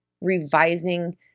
revising